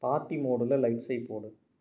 party மோடில் லைட்ஸைப் போடு